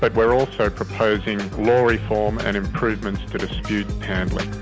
but we are also proposing law reform and improvements to dispute handling.